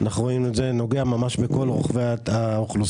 אנחנו רואים שזה נוגע בכל סוגי האוכלוסייה.